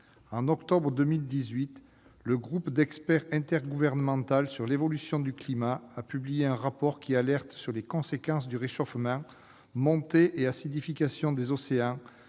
En octobre 2018, le groupe d'experts intergouvernemental sur l'évolution du climat a publié un rapport qui alerte sur les conséquences du réchauffement : montée et acidification des océans,